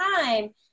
time